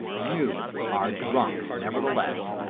you are drunk, neverthe less.